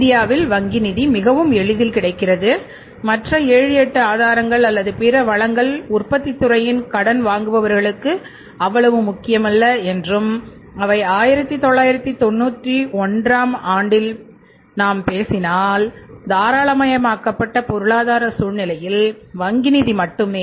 இந்தியாவில் வங்கி நிதி மிகவும் எளிதில் கிடைக்கிறது மற்ற 7 8 ஆதாரங்கள் அல்லது பிற வளங்கள் உற்பத்தித் துறையின் கடன் வாங்குபவர்களுக்கு அவ்வளவு முக்கியமல்ல என்றும் அவை 1991 ஐப் பற்றி பேசினால்தாராளமயமாக்கப்பட்ட பொருளாதார சூழ்நிலையில் வங்கி நிதி மட்டுமே